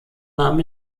nahmen